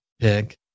pick